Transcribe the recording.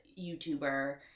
YouTuber